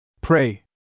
Pray